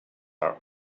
are